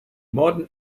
modern